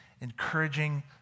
encouraging